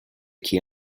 key